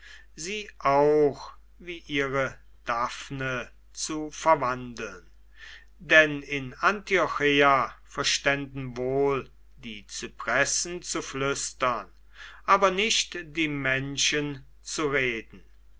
sie auch wie ihre daphne zu verwandeln denn in antiocheia verständen wohl die zypressen zu flüstern aber nicht die menschen zu reden